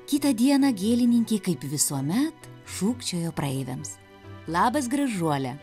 kitą dieną gėlininkė kaip visuomet šūkčiojo praeiviams labas gražuole